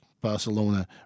Barcelona